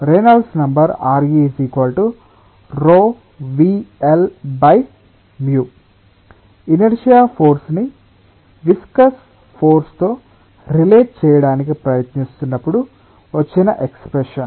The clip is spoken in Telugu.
Re ρVL ఇనర్శియా ఫోర్స్ ని విస్కస్ ఫోర్స్ తో రిలేట్ చేయడానికి ప్రయత్నిస్తున్నప్పుడు వచ్చిన ఎక్స్ప్రెషన్